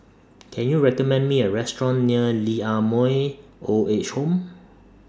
Can YOU recommend Me A Restaurant near Lee Ah Mooi Old Age Home